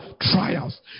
Trials